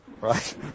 Right